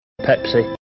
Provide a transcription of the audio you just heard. Pepsi